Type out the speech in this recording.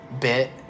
bit